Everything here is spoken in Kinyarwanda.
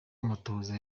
amatohoza